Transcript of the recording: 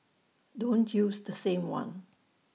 don't use the same one